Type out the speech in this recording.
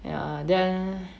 ya then